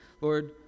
Lord